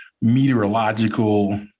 meteorological